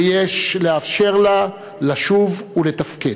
ויש לאפשר לה לשוב ולתפקד.